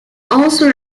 also